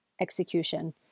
execution